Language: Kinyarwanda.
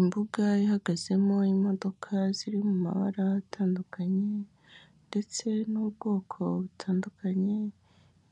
Imbuga ihagazemo imodoka ziri mu mabara atandukanye ndetse n'ubwoko butandukanye,